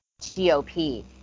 GOP